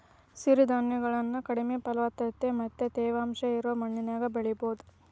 ಸಿರಿಧಾನ್ಯಗಳನ್ನ ಕಡಿಮೆ ಫಲವತ್ತತೆ ಮತ್ತ ತೇವಾಂಶ ಇರೋ ಮಣ್ಣಿನ್ಯಾಗು ಬೆಳಿಬೊದು